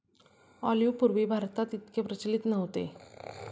olive पूर्वी भारतात इतके प्रचलित नव्हते